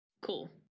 cool